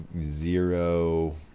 zero